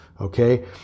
Okay